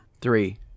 Three